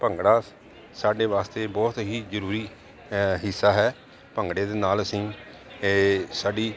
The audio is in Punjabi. ਭੰਗੜਾ ਸ ਸਾਡੇ ਵਾਸਤੇ ਬਹੁਤ ਹੀ ਜ਼ਰੂਰੀ ਹੈ ਹਿੱਸਾ ਹੈ ਭੰਗੜੇ ਦੇ ਨਾਲ ਅਸੀਂ ਇਹ ਸਾਡੀ